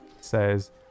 says